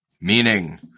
meaning